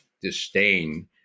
disdain